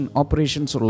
operations